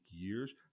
years